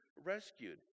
rescued